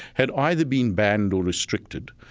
had either been banned or restricted.